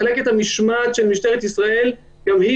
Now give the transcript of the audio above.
מחלקת המשמעת של משטרת ישראל גם היא